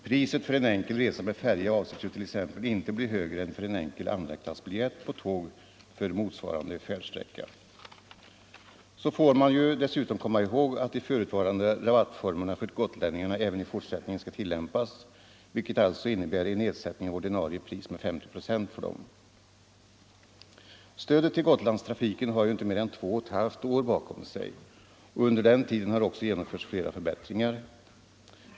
Priset för en enkel resa med färja avses ju t.ex. inte bli högre än för enkel andraklassbiljett på tåg för motsvarande färdsträcka. Dessutom får man ju komma ihåg att de förutvarande rabattformerna för gotlänningarna även i fortsättningen skall tillämpas, vilket alltså innebär en nedsättning av ordinarie pris med 50 procent för dem. Stödet till Gotlandstrafiken har ju inte mer än två och ett halvt år bakom sig, och under den tiden har också genomförts flera förbättringar.